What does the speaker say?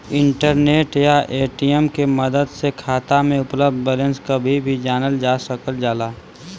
internet या ATM के मदद से खाता में उपलब्ध बैलेंस कभी भी जानल जा सकल जाला